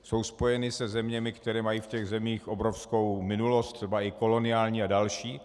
Jsou spojeny se zeměmi, které mají v těch zemích obrovskou minulost, třeba i koloniální a další.